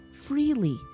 freely